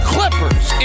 Clippers